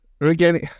again